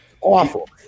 Awful